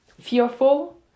Fearful